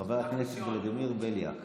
חבר הכנסת ולדימיר בליאק.